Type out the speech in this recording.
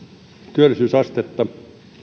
työllisyysastetta ja